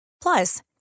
Plus